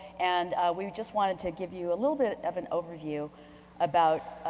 and we just wanted to give you a little bit of an overview about.